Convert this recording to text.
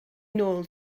nôl